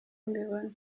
mbibona